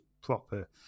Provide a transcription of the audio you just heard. proper